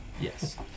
Yes